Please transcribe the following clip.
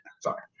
Sorry